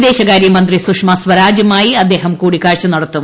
വിദേശകാര്യ മന്ത്രി സുഷമ സ്വരാജുമായി അദ്ദേഹം കൂടിക്കാഴ്ച നടത്തും